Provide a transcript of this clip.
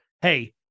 hey